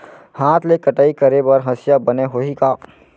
हाथ ले कटाई करे बर हसिया बने होही का?